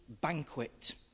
banquet